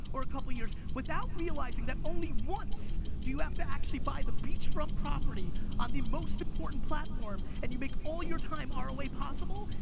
or a couple of years, without realizing that only once do you have to actually buy the beachfront property on the most important platform, and you make all your time ah roa possible,